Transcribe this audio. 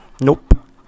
Nope